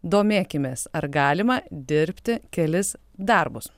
domėkimės ar galima dirbti kelis darbus